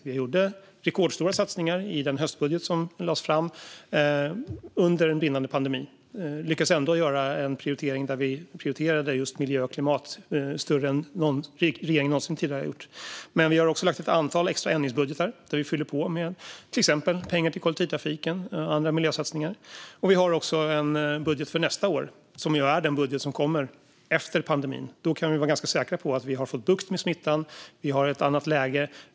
Vi gjorde rekordstora satsningar i den höstbudget som lades fram under en brinnande pandemi. Vi lyckades ändå göra en prioritering av miljö och klimat, större än någon tidigare regering gjort. Vi har också lagt ett antal extra ändringsbudgetar, där vi fyller på med pengar till exempelvis kollektivtrafiken och andra miljösatsningar. Vi har också en budget för nästa år, som är den budget som kommer efter pandemin. Då kan vi vara ganska säkra på att vi har fått bukt med smittan. Vi har ett annat läge.